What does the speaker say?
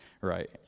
right